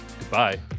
goodbye